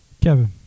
Kevin